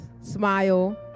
smile